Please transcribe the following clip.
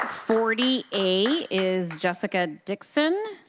forty a is jessica dixon,